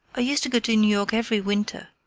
i used to go to new york every winter.